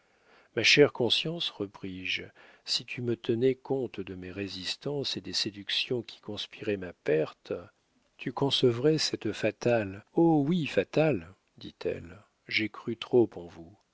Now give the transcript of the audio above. ma chère conscience repris-je si tu me tenais compte de mes résistances et des séductions qui conspiraient ma perte tu concevrais cette fatale oh oui fatale dit-elle j'ai cru trop en vous